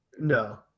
No